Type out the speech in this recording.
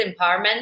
empowerment